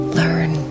learn